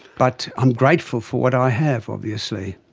but i'm grateful for what i have, obviously.